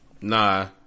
nah